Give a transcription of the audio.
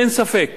אין ספק